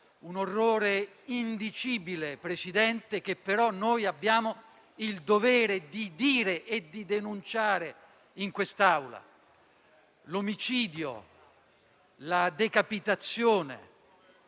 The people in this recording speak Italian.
Un orrore indicibile, Presidente, che però noi abbiamo il dovere di affermare e di denunciare in questa Aula. L'omicidio, la decapitazione